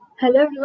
Hello